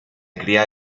cría